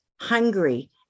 hungry